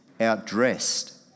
outdressed